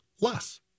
less